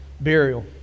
burial